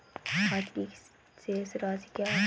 आज की शेष राशि क्या है?